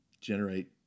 generate